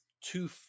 two